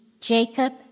Jacob